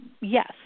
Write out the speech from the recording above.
yes